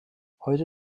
heute